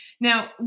Now